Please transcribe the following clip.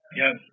Yes